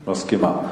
מסכימה, כן.